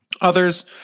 Others